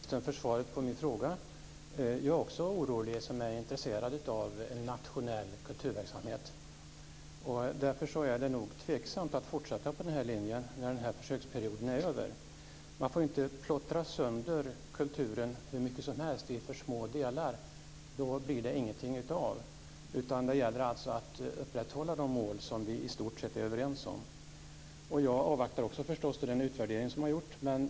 Herr talman! Jag tackar kulturministern för svaret på min fråga. Jag är också orolig eftersom jag är intresserad av en nationell kulturverksamhet. Därför är det tveksamt att fortsätta på den här linjen när försöksperioden är över. Man får inte plottra sönder kulturen i alltför små delar, då blir det inget av den. Det gäller att upprätthålla de mål som vi i stort sett är överens om. Jag avvaktar också den utvärdering man gjort.